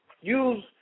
Use